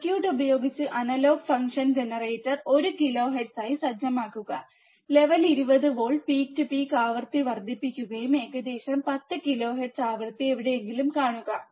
circuit ഉപയോഗിച്ച് analog function generator 1 kilohertz ആയി സജ്ജമാക്കുക level 20 volt peak to peak ആവൃത്തി വർദ്ധിപ്പിക്കുകയും ഏകദേശം 10 കിലോഹെർട്സ് ആവൃത്തി എവിടെയെങ്കിലും കാണുക